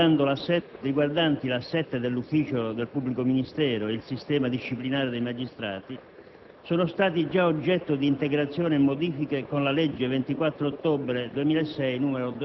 disegnato dall'ordinamento del 1941. Due decreti riguardanti l'assetto dell'ufficio del pubblico ministero e il sistema disciplinare dei magistrati